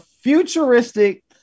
futuristic